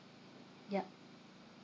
yup